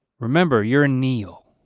remember you're a neal.